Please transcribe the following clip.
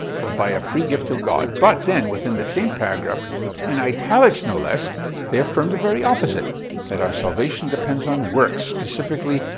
but by a free gift of god but then, within the same paragraph-in and italics no less-they affirm the very opposite that our salvation depends on works, specifically,